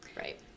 Right